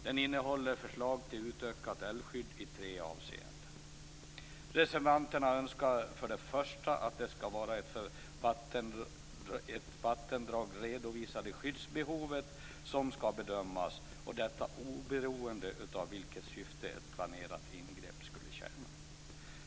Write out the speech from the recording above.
Den innehåller förslag om utökat älvskydd i tre avseenden. För det första önskar reservanterna att det ska vara det för ett vattendrag redovisade skyddsbehovet som ska bedömas, oberoende av vilket syfte ett planerat ingrepp skulle tjäna.